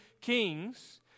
kings